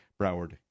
Broward